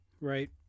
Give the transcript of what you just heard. right